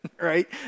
right